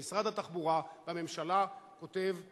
במשרד התחבורה,